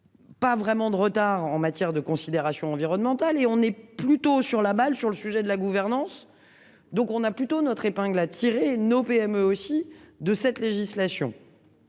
Pas vraiment de retard en matière de considérations environnementales et on est plutôt sur la balle sur le sujet de la gouvernance. Donc on a plutôt notre épingle à tirer nos PME aussi. De cette législation.